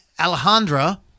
Alejandra